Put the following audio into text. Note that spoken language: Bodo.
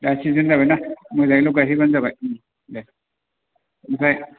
दा सिजेन जाबाय ना मोजाङैल' गायहैबानो जाबाय दे ओमफ्राय